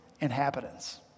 inhabitants